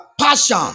passion